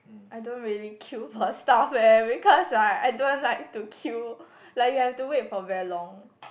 I don't really queue for stuff eh because what I don't want like to queue like you have to wait for very long